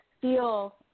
feel